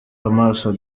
amaso